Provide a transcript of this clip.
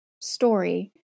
story